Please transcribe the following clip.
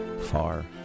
Far